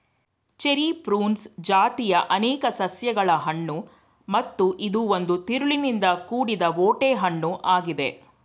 cherry prunus ಜಾತಿಯ ಅನೇಕ ಸಸ್ಯಗಳ ಹಣ್ಣು ಮತ್ತು ಇದು ಒಂದು ತಿರುಳಿನಿಂದ ಕೂಡಿದ ಓಟೆ ಹಣ್ಣು ಆಗಿದೆ